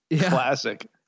classic